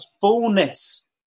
fullness